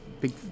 big